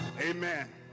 Amen